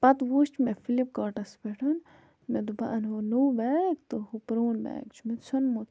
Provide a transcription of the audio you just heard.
پَتہٕ وُچھ مےٚ فِلِپ کاٹَس پٮ۪ٹھ مےٚ دوٚپ بہٕ اَنہ وٕ نوٚو بیگ تہٕ ہُہ پرون بیگ چھُ مےٚ ژھٚنمُت